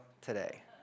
today